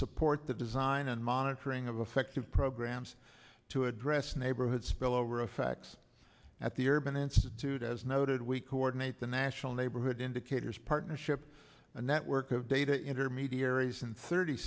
support the design and monitoring of affective programs to address neighborhood spillover effects at the urban institute as noted we coordinate the national neighborhood indicators partnership a network of data intermediaries and thirty